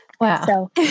Wow